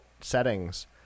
settings